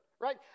right